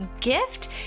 gift